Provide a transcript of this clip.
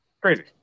crazy